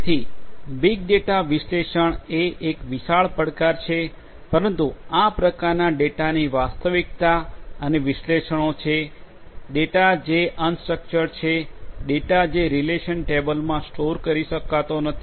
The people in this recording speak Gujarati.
જેથી બીગ ડેટા વિશ્લેષણ એ એક વિશાળ પડકાર છે પરંતુ આ પ્રકારનાં ડેટાની વાસ્તવિકતા અને વિશ્લેષણો છે ડેટા કે જે અન્સ્ટ્રક્ચર્ડ છે ડેટા જે રિલેશનલ ટેબલમાં સ્ટોર કરી શકાતો નથી